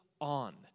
on